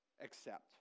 accept